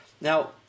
Now